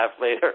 later